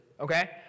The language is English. okay